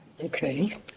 Okay